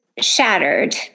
shattered